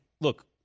look